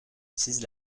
utilise